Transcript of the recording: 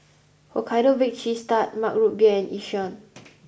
Hokkaido Baked Cheese Tart Mug Root Beer Yishion